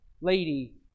lady